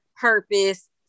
purpose